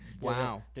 Wow